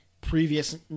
previous